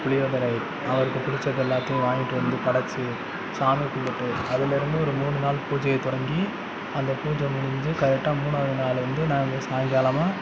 புளியோதரை அவருக்குப் பிடிச்ச எல்லாத்தேயும் வாங்கிட்டு வந்து படைச்சி சாமி கும்பிட்டு அதுலேருந்து ஒரு மூணு நாள் பூஜைய தொடங்கி அந்த பூஜை முடிஞ்சு கரெக்டாக மூணாவது நாள் வந்து நாங்களே சாயங்காலமாக